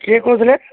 କିଏ କହୁଥିଲେ